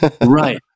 Right